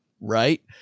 right